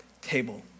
table